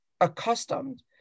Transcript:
accustomed